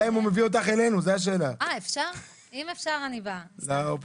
הם הביאו ברשימה שם ארגונים